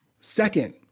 Second